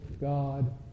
God